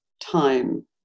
time